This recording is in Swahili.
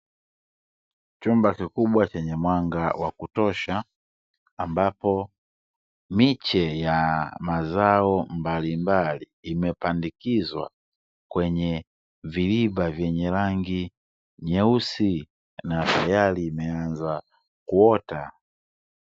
Chumba kikubwa chenye mwanga wa kutosha, ambapo miche ya mazao mbalimbali imepandikizwa kwenye viriba vyenye rangi nyeusi na tayari imeanza kuota.